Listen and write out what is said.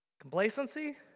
Complacency